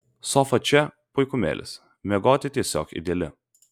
sofa čia puikumėlis miegoti tiesiog ideali